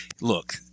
Look